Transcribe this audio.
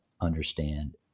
understand